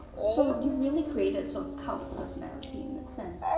so you've really created sort kind of personality, in the sense,